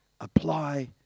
apply